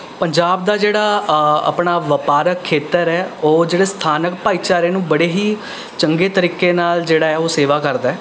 ਪੰਜਾਬ ਦਾ ਜਿਹੜਾ ਆਪਣਾ ਵਪਾਰਕ ਖੇਤਰ ਹੈ ਉਹ ਜਿਹੜੇ ਸਥਾਨਕ ਭਾਈਚਾਰੇ ਨੂੰ ਬੜੇ ਹੀ ਚੰਗੇ ਤਰੀਕੇ ਨਾਲ ਜਿਹੜਾ ਹੈ ਉਹ ਸੇਵਾ ਕਰਦਾ ਹੈ